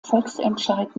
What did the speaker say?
volksentscheid